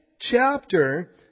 chapter